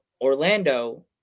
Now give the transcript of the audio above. Orlando